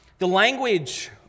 language